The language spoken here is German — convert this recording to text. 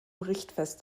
richtfest